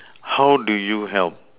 how do you help